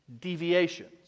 deviations